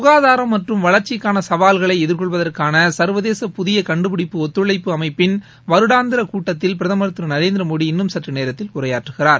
சுகாதாரம் மற்றும் வளர்ச்சிக்கான சவால்களை எதிர்கொள்வதற்கான சர்வதேச புதிய கண்டுபிடிப்பு ஒத்தழைப்பு அமைப்பிள் வருடாந்திர கூட்டத்தில் பிரதம் திரு நரேந்திரமோடி இன்னும் சற்று நேரத்தில் உரையாற்றுகிறார்